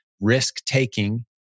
risk-taking